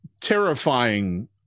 terrifying